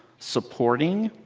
supporting,